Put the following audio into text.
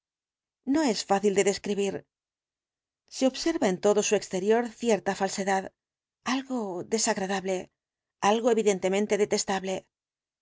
no es fácil de describir se observa en todo su exterior cierta falsedad algo desagradable algo evidentemente detestable